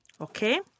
Okay